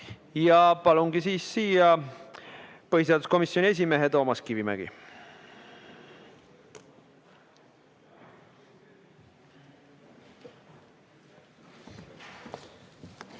Palungi nüüd siia põhiseaduskomisjoni esimehe. Toomas Kivimägi,